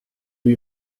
lui